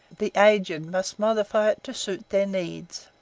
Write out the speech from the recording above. the aged must modify it to suit their needs.